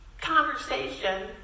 conversation